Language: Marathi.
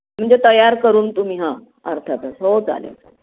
म्हणजे तयार करून तुम्ही हां अर्थातच हो चालेल